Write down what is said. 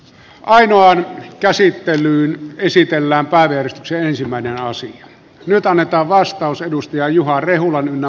ainoan käsittelyyn esitellään paljon se ensimmäinen asia nyt annetaan vastaus juha rehulan ynnä muuta